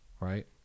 right